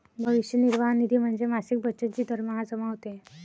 भविष्य निर्वाह निधी म्हणजे मासिक बचत जी दरमहा जमा होते